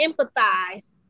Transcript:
empathize